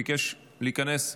ביקש להיכנס,